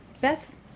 Beth